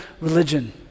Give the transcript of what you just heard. religion